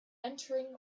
entering